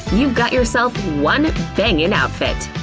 you've got yourself one bangin' outfit.